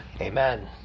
amen